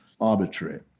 arbitrary